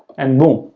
and boom.